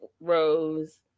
rose